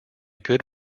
good